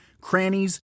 crannies